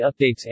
updates